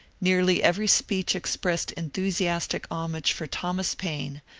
nearly every speech expressed enthu siastic homage for thomas paine,